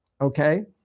okay